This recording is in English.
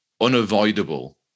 unavoidable